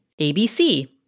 ABC